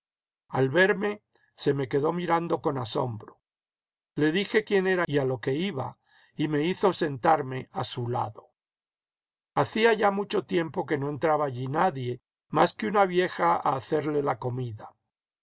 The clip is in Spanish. al verme se me quedó mirando con asombro le dije quién era y a lo que iba y me hizo sentarme a su lado hacía ya mucho tiempo que no entraba allí nadie más que una vieja a hacerle la comida